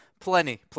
plenty